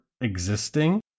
existing